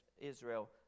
Israel